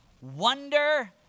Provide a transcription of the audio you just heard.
wonder